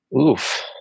Oof